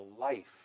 life